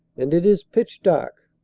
and it is pitch dark.